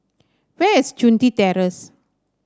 where is Chun Tin Terrace